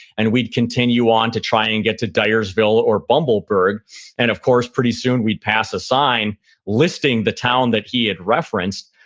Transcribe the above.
and we'd continue on to try and get to diresville or bumbleberg and of course, pretty soon we'd pass a sign listing the town that he had referenced.